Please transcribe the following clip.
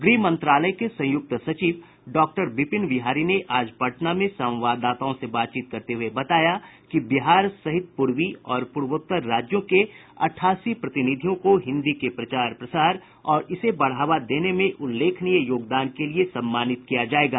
गृह मंत्रालय के संयुक्त सचिव डाक्टर विपिन बिहारी ने आज पटना में संवाददाताओं से बातचीत करते हुए बताया कि बिहार सहित पूर्वी और पूर्वोत्तर राज्यों के अठासी प्रतिनिधियों को हिन्दी के प्रचार प्रसार और इसे बढ़ावा देने में उल्लेखनीय योगदान के लिए सम्मानित किया जायेगा